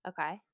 Okay